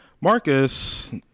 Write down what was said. marcus